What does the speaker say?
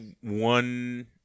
one